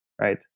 right